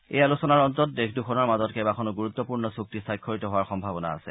এই আলোচনাৰ অন্তত দেশ দুখনৰ মাজত কেইবাখনো গুৰুত্বপূৰ্ণ চুক্তি স্বাক্ষৰিত হোৱাৰ সম্ভাৱনা আছে